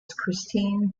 christine